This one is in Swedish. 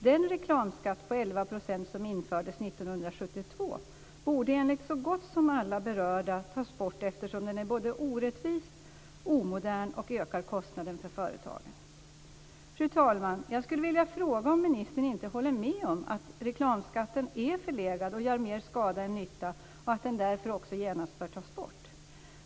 Den reklamskatt på 11 % som infördes 1972 borde enligt så gott som alla berörda tas bort, eftersom den är både orättvis och omodern och ökar kostnaden för företagen. Fru talman! Jag skulle vilja fråga om ministern inte håller med om att reklamskatten är förlegad och gör mer skada än nytta, och att den därför också genast bör tas bort.